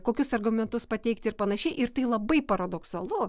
kokius argumentus pateikti ir panašiai ir tai labai paradoksalu